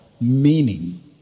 meaning